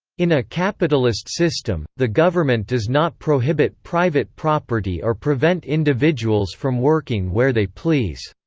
in a capitalist system, the government does not prohibit private property or prevent individuals from working where they please.